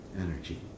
energy